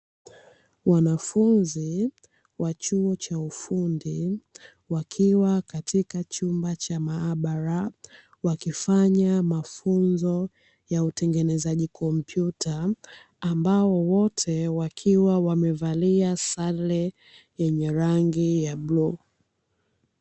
Wanafunzi wa chuo cha ufundi wakiwa katika chumba cha maabara wakifanya mafunzo ya utengenezaji kompyuta, ambao wote wamevalia sare yenye rangi ya bluu.